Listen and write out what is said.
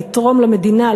לתרום למדינה,